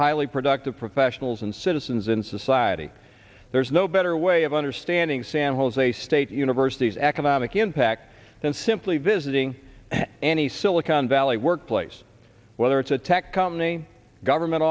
highly productive professionals and citizens in society there is no bed her way of understanding san jose state university's economic impact than simply visiting any silicon valley workplace whether it's a tech company government